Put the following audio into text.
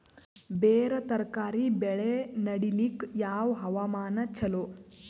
ಬೇರ ತರಕಾರಿ ಬೆಳೆ ನಡಿಲಿಕ ಯಾವ ಹವಾಮಾನ ಚಲೋ?